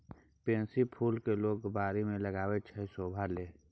pansy फुल केँ लोक बारी मे लगाबै छै शोभा लेल